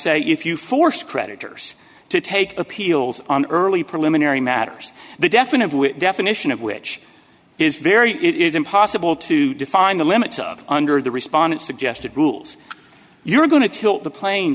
say if you force creditors to take appeals on early preliminary matters the definite definition of which is very it is impossible to define the limits of under the respondent suggested rules you're going to tilt the playing